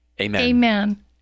Amen